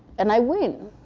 and i went.